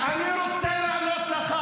אני רוצה לענות לך